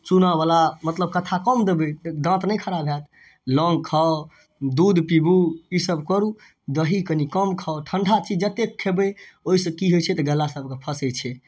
चूनावला मतलब कत्था कम देबै दाँत नहि खराब हैत लौङ्ग खाउ दूध पीबू ई सब करू दही कनी कम खाउ ठण्डा चीज जतेक खेबै ओइसँ की होइ छै तऽ गला सबके फसै छै